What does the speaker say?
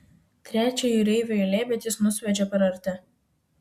trečio jūreivio eilė bet jis nusviedžia per arti